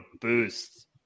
boost